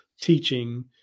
teaching